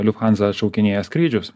liuhansa atšaukinėja skrydžius